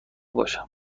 باشم